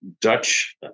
Dutch